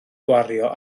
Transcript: gwario